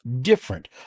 different